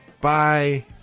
Bye